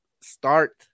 start